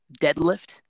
deadlift